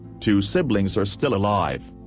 two siblings are still alive.